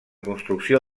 construcció